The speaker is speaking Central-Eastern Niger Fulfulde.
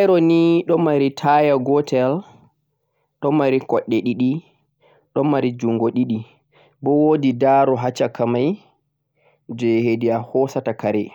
weelbarow ni don mari taya gotel don mari kodde didi don mari jongo didi moo woodi daarow haa caka mei jee hede a hoosata kare